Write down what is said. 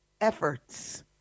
efforts